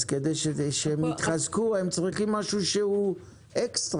אז כדי שהם יתחזקו הם צריכים משהו שהוא אקסטרה,